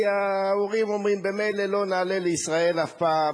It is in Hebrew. כי ההורים אומרים: במילא לא נעלה לישראל אף פעם,